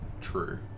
true